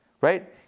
Right